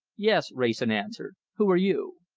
yes! wrayson answered. who are you?